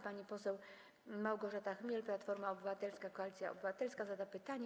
Pani poseł Małgorzata Chmiel, Platforma Obywatelska - Koalicja Obywatelska, zada pytanie.